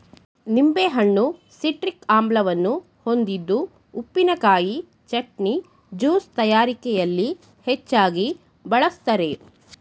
ನಿಂಬೆಹಣ್ಣು ಸಿಟ್ರಿಕ್ ಆಮ್ಲವನ್ನು ಹೊಂದಿದ್ದು ಉಪ್ಪಿನಕಾಯಿ, ಚಟ್ನಿ, ಜ್ಯೂಸ್ ತಯಾರಿಕೆಯಲ್ಲಿ ಹೆಚ್ಚಾಗಿ ಬಳ್ಸತ್ತರೆ